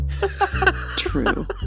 true